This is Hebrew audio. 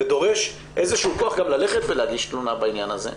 זה דורש איזשהו כוח ללכת ולהגיש תלונה בעניין הזה,